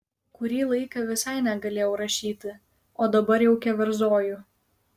kurį laiką visai negalėjau rašyti o dabar jau keverzoju